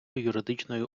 юридичною